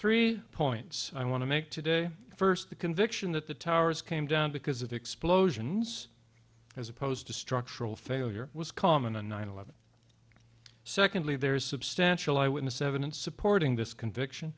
three points i want to make today first the conviction that the towers came down because of explosions as opposed to structural failure was common in nine eleven secondly there is substantial eyewitness evidence supporting this conviction